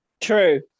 True